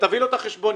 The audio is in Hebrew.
ותביא לו את החשבוניות,